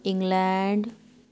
England